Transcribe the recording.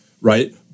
right